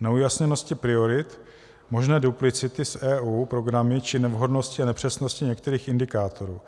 neujasněnosti priorit, možné duplicity s EU programy či nevhodnosti a nepřesnosti některých indikátorů.